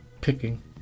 picking